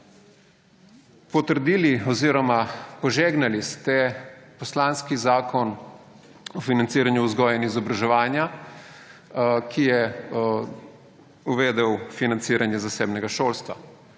Potrdili oziroma požegnali ste poslanski zakon o financiranju vzgoje in izobraževanja, ki je uvedel financiranje zasebnega šolstva.